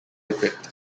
equipped